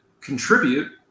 contribute